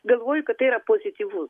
galvoju kad tai yra pozityvu